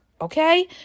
Okay